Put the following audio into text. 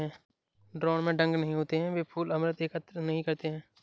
drone में डंक नहीं होते हैं, वे फूल अमृत एकत्र नहीं करते हैं